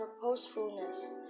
purposefulness